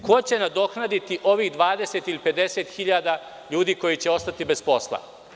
Ko će nadoknaditi ovih 20 ili 50 hiljada ljudi koji će ostati bez posla?